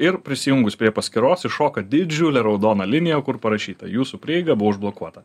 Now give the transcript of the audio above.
ir prisijungus prie paskyros iššoka didžiulė raudona linija kur parašyta jūsų prieiga buvo užblokuota